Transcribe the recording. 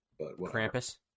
Krampus